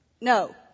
No